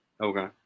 okay